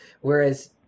Whereas